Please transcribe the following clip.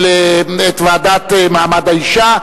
חוטובלי מציעה את הוועדה למעמד האשה,